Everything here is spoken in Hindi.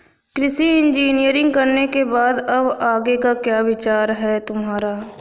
कृषि इंजीनियरिंग करने के बाद अब आगे का क्या विचार है तुम्हारा?